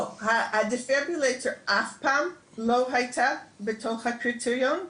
לא, הדפיברילטור אף פעם לא היה בתוך הקריטריון.